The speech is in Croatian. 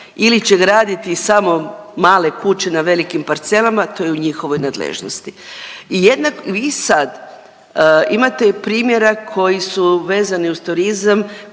ili će graditi samo male kuće na velikim parcelama to je u njihovoj nadležnosti. I sad imate primjera koji su vezani uz turizam